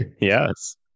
Yes